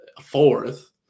fourth